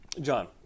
John